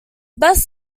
best